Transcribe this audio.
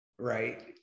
Right